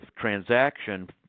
transaction